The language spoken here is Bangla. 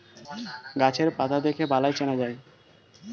গাছের পাতা দেখে বালাই চেনা যায়